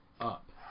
up